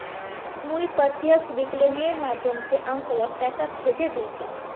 मुई प्रत्यक्ष विकलनेर माध्यम स अंकलक पैसा भेजे दिल छि